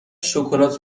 شکلات